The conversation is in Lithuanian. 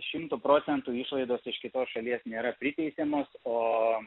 šimtu procentų išlaidos iš kitos šalies nėra priteisiamos o